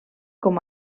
com